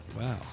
Wow